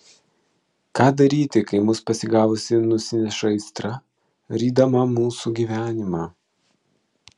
ką daryti kai mus pasigavusi nusineša aistra rydama mūsų gyvenimą